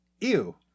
ew